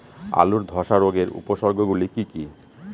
আলুর ধ্বসা রোগের উপসর্গগুলি কি কি?